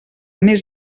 mes